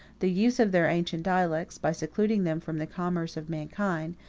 the use of their ancient dialects, by secluding them from the commerce of mankind,